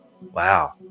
Wow